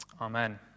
Amen